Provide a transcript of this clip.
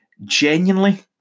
Genuinely